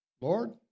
Lord